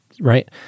right